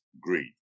greed